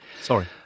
Sorry